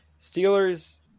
Steelers